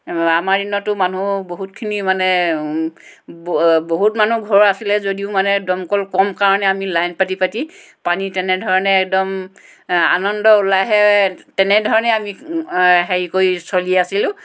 আমাৰ দিনততো মানুহ বহুতখিনি মানে ব বহুত মানুহ ঘৰ আছিলে যদিও মানে দমকল কম কাৰণে আমি লাইন পাতি পাতি পানী তেনেধৰণে একদম আনন্দ উলাহেৰে তেনেধৰণে আমি হেৰি কৰি চলি আছিলোঁ